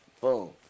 Boom